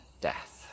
death